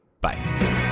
Bye